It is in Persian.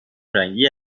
رنگی